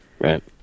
Right